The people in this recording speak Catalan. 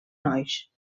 nois